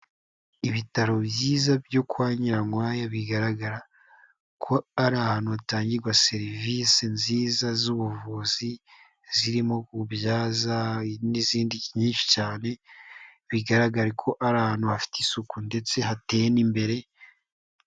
Ibitaro byiza byo kwa Nyirankwaya bigaragara ko ari ahantu hatangirwa serivisi nziza z'ubuvuzi zirimo ububyaza, n'izindi nyinshi cyane, bigaraga ko ari ahantu hafite isuku ndetse hateye n'imbere.